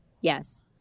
Yes